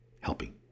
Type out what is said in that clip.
helping